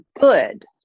good